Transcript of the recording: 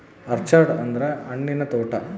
orchard ಅಂದ್ರ ಹಣ್ಣಿನ ತೋಟ